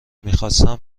میخواستم